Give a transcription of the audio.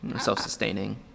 self-sustaining